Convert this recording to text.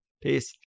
Peace